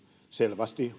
selvästi